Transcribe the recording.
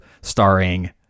Starring